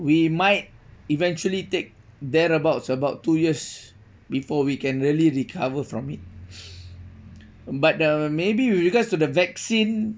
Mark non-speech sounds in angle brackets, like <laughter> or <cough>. we might eventually take thereabouts about two years before we can really recover from it <breath> but uh maybe with regards to the vaccine